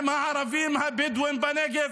עם הערבים הבדואים בנגב,